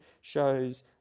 shows